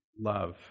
love